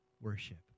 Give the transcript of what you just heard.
worship